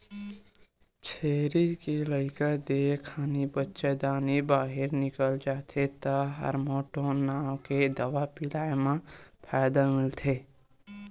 छेरी के लइका देय खानी बच्चादानी बाहिर निकल जाथे त हारमोटोन नांव के दवा पिलाए म फायदा मिलथे